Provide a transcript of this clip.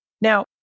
Now